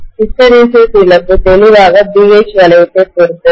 hysteresis இழப்பு தெளிவாக BH வளையத்தைப் பொறுத்தது